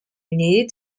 united